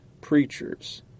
preachers